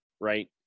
right